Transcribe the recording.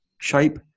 shape